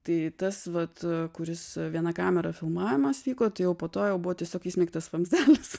tai tas vat kuris viena kamera filmavimas vyko tai jau po to jau buvo tiesiog įsmeigtas vamzdelis